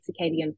circadian